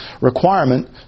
requirement